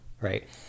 right